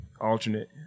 alternate